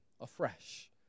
afresh